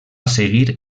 seguir